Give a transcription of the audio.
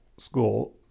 school